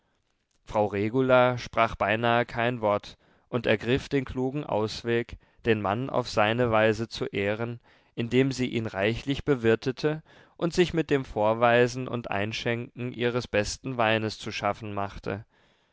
frau regula sprach beinahe kein wort und ergriff den klugen ausweg den mann auf seine weise zu ehren indem sie ihn reichlich bewirtete und sich mit dem vorweisen und einschenken ihres besten weines zu schaffen machte